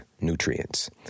nutrients